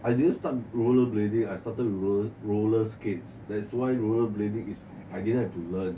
I didn't start rollerblading I started to roll~ roller skates that's why rollerblading is I didn't have to learn